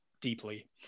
deeply